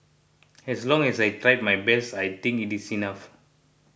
as long as I tried my best I think it is enough